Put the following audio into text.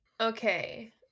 Okay